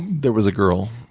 there was a girl.